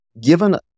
given